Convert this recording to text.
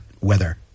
weather